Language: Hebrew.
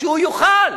שהוא יוכל.